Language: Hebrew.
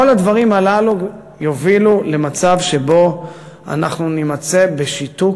כל הדברים הללו יובילו למצב שבו אנחנו נימצא בשיתוק